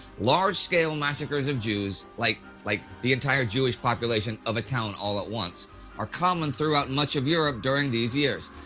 large scale massacres of jews like, like the entire jewish population of a town at once are common throughout much of europe during these years.